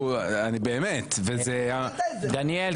דניאל,